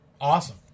Awesome